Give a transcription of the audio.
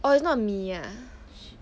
orh it's not 米 ah